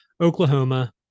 oklahoma